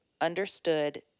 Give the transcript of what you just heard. understood